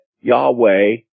Yahweh